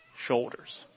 shoulders